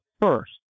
first